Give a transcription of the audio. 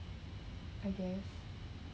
I guess